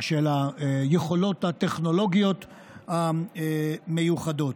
של היכולות הטכנולוגיות המיוחדות.